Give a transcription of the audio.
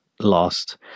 lost